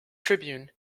tribune